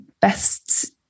best